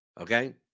Okay